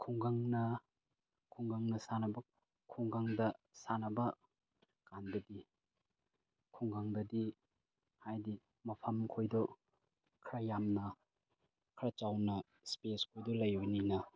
ꯈꯨꯡꯒꯪꯅ ꯈꯨꯡꯒꯪꯅ ꯁꯥꯟꯅꯕ ꯈꯨꯡꯒꯪꯗ ꯁꯥꯟꯅꯕ ꯀꯥꯟꯗꯗꯤ ꯈꯨꯡꯒꯪꯗꯗꯤ ꯍꯥꯏꯗꯤ ꯃꯐꯝꯈꯣꯏꯗꯣ ꯈꯔ ꯌꯥꯝꯅ ꯈꯔ ꯆꯥꯎꯅ ꯏꯁꯄꯦꯁꯈꯩꯗꯣ ꯂꯩꯕꯅꯤꯅ